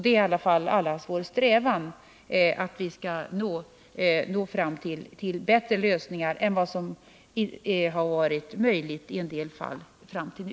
Det är i alla fall allas vår strävan att nå fram till bättre lösningar än vad som har varit möjligt i en del fall fram till nu.